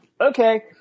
okay